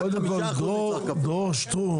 רבותיי, קודם כל, דרור שטרום